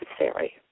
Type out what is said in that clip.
necessary